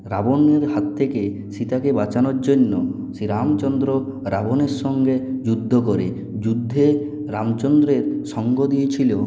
রাবণের হাত থেকে সীতাকে বাঁচানোর জন্য শ্রী রামচন্দ্র রাবণের সঙ্গে যুদ্ধ করে যুদ্ধে রামচন্দ্রের সঙ্গ দিয়েছিল